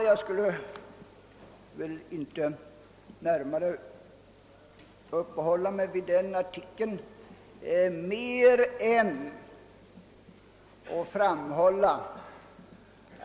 Jag skall inte uppehålla mig vid denna artikel särskilt mycket.